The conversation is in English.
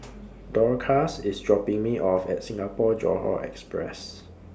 Dorcas IS dropping Me off At Singapore Johore Express